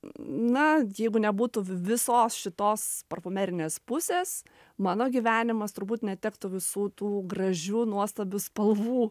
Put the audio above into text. na jeigu nebūtų v visos šitos parfumerinės pusės mano gyvenimas turbūt netektų visų tų gražių nuostabių spalvų